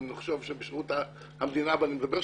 אם נחשוב שבשירות המדינה אני מדבר על